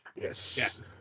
Yes